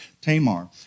Tamar